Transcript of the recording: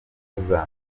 z’amerika